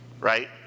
right